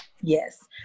Yes